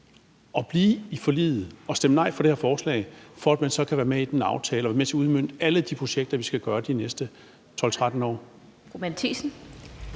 og blive i forliget og stemme nej til det her forslag, så man kan være med i den aftale og være med til at udmønte alle de projekter, som vi skal udmønte over de næste 12-13 år?